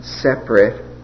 separate